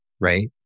right